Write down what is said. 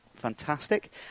fantastic